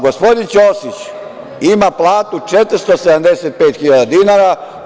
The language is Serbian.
Gospodin Ćosić ima platu 475.000 dinara.